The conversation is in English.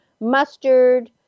mustard